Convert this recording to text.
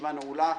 הישיבה נעולה.